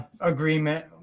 agreement